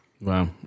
Wow